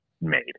made